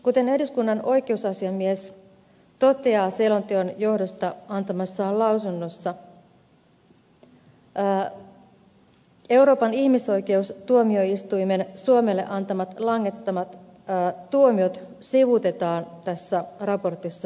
kuten eduskunnan oikeusasiamies toteaa selonteon johdosta antamassaan lausunnossa euroopan ihmisoikeustuomioistuimen suomelle antamat langettavat tuomiot sivuutetaan tässä raportissa hyvin lyhyesti